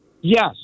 Yes